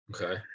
Okay